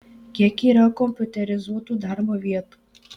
kiek yra kompiuterizuotų darbo vietų